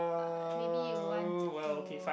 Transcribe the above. uh maybe you want to